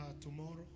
tomorrow